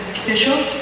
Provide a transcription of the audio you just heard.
officials